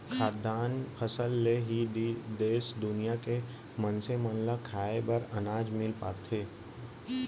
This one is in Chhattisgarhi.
खाद्यान फसल ले ही देस दुनिया के मनसे मन ल खाए बर अनाज मिल पाथे